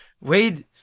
Wade